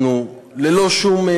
אנחנו ללא שום,